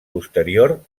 posterior